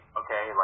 okay